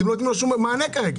אתם לא נותנים לו שום מענה כרגע.